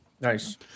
Nice